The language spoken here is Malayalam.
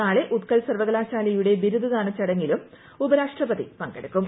നാളെ ഉത്കൽ സർവ്വകലാശാലയുടെ പ്രൂ ബ്ബിരുദദാന ചടങ്ങിലും ഉപരാഷ്ട്രപതി പങ്കെടുക്കും